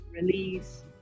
Release